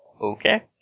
Okay